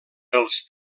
els